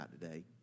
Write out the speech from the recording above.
today